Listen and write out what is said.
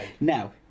Now